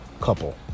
couple